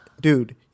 dude